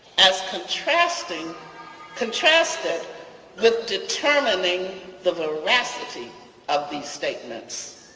as contrasted contrasted with determining the veracity of these statements.